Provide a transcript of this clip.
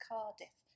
Cardiff